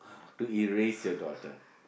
to erase your daughter